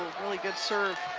really good serve